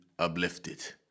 uplifted